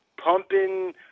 pumping